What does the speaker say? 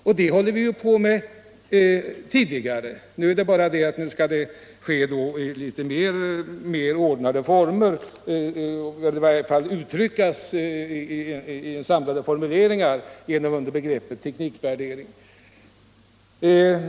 Så har det arbetats även tidigare, men nu skall det ske i litet mer ordnade former. I varje fall skall resultaten samlas under ett begrepp — enligt herr Strömbergs teknikvärdering.